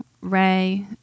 Ray